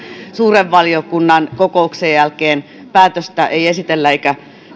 suuren valiokunnan kokouksen jälkeen päätöstä ei esitellä eikä